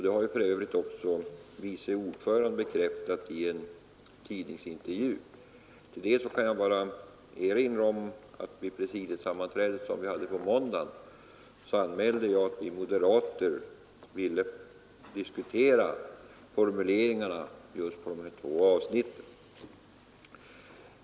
Det har för övrigt också vice ordföranden bekräftat i en tidningsintervju. I sammanhanget vill jag erinra om att vid det presidiesammanträde som vi hade på måndagen så anmälde jag att vi moderater ville diskutera formuleringarna på just dessa två avsnitt.